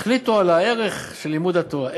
החליטו על הערך של לימוד תורה.